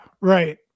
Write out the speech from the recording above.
right